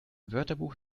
wörterbuch